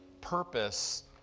purpose